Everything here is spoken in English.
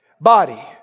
body